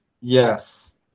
yes